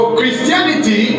Christianity